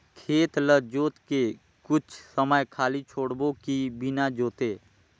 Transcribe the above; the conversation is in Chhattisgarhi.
खेत ल जोत के कुछ समय खाली छोड़बो कि बिना जोते?